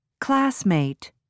classmate